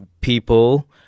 people